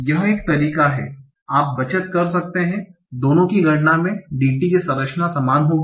यह एक तरीका है आप बचत कर सकते हैं दोनों की गणना मे DT की संरचना समान होगी